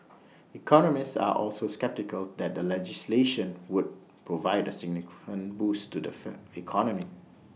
economists are also sceptical that the legislation would provide A significant boost to the fer economy